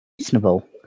reasonable